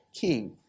king